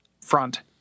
front